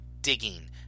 digging